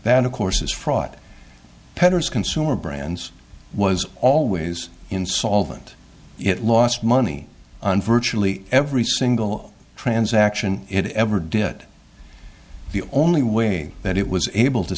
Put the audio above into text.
that of course is fraught petters consumer brands was always insolvent it lost money on virtually every single transaction it ever did the only way that it was able to